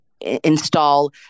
install